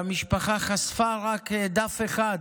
והמשפחה חשפה רק דף אחד,